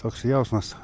toks jausmas